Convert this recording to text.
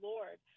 Lord